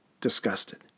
disgusted